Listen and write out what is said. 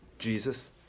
Jesus